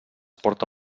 porta